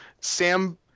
sam